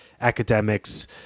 academics